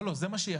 לא, זה מה שיפה.